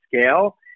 scale